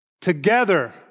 Together